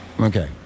Okay